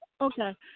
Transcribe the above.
Okay